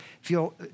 feel